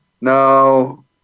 no